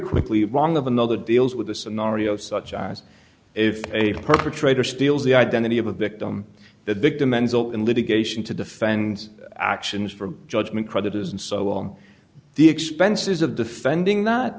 quickly wrong of another deals with the sonority of such as if a perpetrator steals the identity of a victim that victim ends up in litigation to defend actions from judgment creditors and so on the expenses of defending that